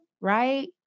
right